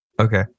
Okay